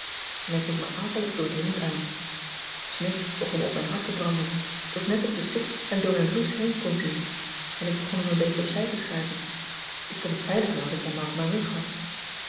en hij keek me akelig doordringend aan smidt begon me op mijn hart te branden t was net of de sik hem door mijn blouse heen kon zien en ik begon hem een beetje op zij te schuiven ik vond het veiliger als ik hem maar op mijn rug had